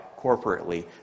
corporately